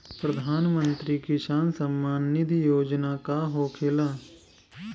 प्रधानमंत्री किसान सम्मान निधि योजना का होखेला?